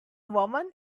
woman